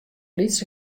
lyts